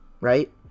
right